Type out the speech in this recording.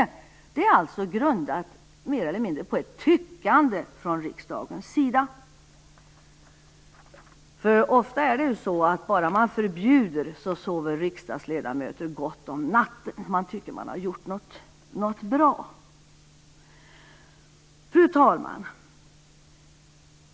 Det förbudet är alltså grundat mer eller mindre på ett tyckande från riksdagens sida. Ofta är det så att bara man förbjuder sover riksdagsledamöter gott om natten. Då tycker de att de har gjort någonting bra. Fru talman!